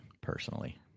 personally